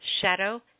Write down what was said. shadow